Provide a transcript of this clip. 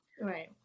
Right